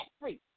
free